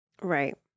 right